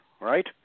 right